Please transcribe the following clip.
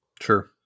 Sure